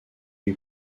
lui